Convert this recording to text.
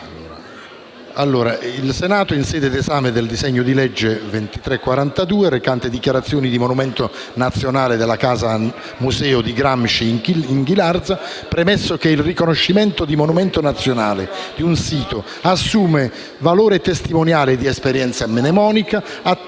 Il Senato, in sede di esame del disegno di legge n. 2342 , recante «Dichiarazione di monumento nazionale della Casa Museo di Gramsci in Ghilarza»; premesso che il riconoscimento di monumento nazionale di un sito assume valore testimoniale e di esperienza mnemonica; attesa